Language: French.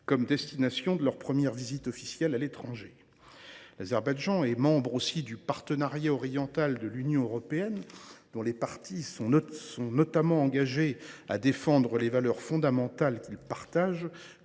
choisi la France pour leur première visite officielle à l’étranger. L’Azerbaïdjan est membre du Partenariat oriental de l’Union européenne, dont les parties se sont notamment engagées à défendre les valeurs fondamentales qu’elles partagent